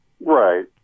right